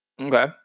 Okay